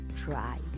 try